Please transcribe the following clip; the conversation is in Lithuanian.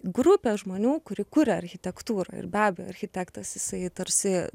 grupė žmonių kuri kuria architektūrą ir be abejo architektas jisai tarsi